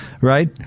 right